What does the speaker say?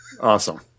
Awesome